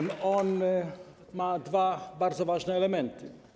Ma on dwa bardzo ważne elementy.